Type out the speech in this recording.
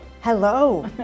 Hello